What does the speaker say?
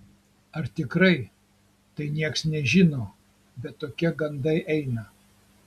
ar tikrai tai niekas nežino bet tokie gandai eina